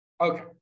Okay